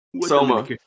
Soma